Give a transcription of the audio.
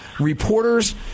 Reporters